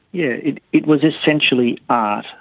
yeah it it was essentially art,